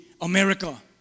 America